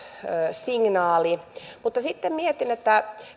signaali mutta sitten mietin että